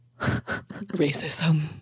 racism